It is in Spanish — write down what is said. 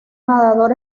nadador